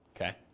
Okay